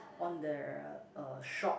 on the uh shop